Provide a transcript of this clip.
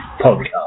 podcast